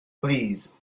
please